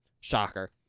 Shocker